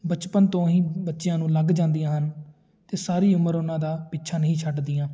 ਬਚਪਨ ਤੋਂ ਹੀ ਬੱਚਿਆਂ ਨੂੰ ਲੱਗ ਜਾਂਦੀਆਂ ਹਨ ਅਤੇ ਸਾਰੀ ਉਮਰ ਉਹਨਾਂ ਦਾ ਪਿੱਛਾ ਨਹੀਂ ਛੱਡਦੀਆਂ